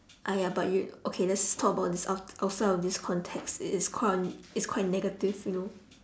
!aiya! but you okay let's talk about this aft~ outside of this context it's it's qui~ it's quite negative you know